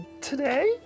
today